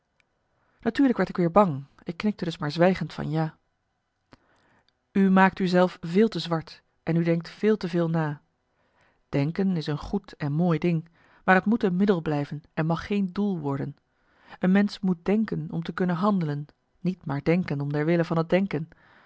natuurlijk werd ik weer bang ik knikte dus maar zwijgend van ja u maakt u zelf veel te zwart en u denkt veel te veel na denken is een goed en mooi ding maar het moet een middel blijven en mag geen doel worden een mensch moet denken om te kunnen handelen niet maar denken om der wille van het denken